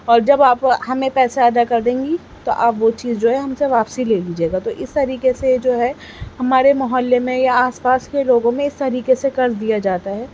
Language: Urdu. اور جب آپ ہمیں پیسے ادا کر دیں گی تو اب وہ چیز ہم سے واپسی لیجیے گا تو اس طریقے سے جو ہے ہمارے محلے میں یا آس پاس کے لوگوں میں اس طریقے سے قرض دیا جاتا ہے